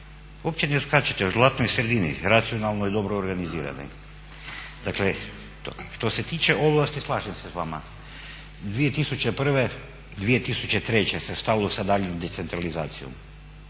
uopće ne odskačete u zlatnoj sredini, racionalno i dobro organizirani. Dakle što se tiče ovlasti slažem se s vama, 2001., 2003.se stalo sa daljom decentralizacijom